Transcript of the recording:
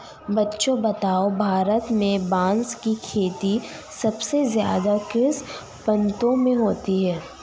बच्चों बताओ भारत में बांस की खेती सबसे ज्यादा किन प्रांतों में होती है?